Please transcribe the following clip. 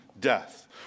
death